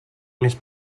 més